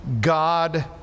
God